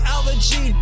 Allergy